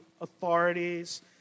authorities